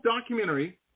documentary